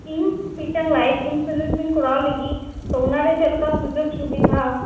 ᱤᱧ ᱢᱤᱫᱴᱟᱝ life insurance ᱤᱧ ᱠᱚᱨᱟᱣ ᱞᱟᱹᱜᱤᱫ ᱛᱚ ᱚᱱᱟᱨᱮ ᱪᱮᱫ ᱞᱮᱠᱟ ᱥᱩᱡᱳᱜᱽ ᱥᱩᱵᱤᱫᱷᱟ